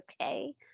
okay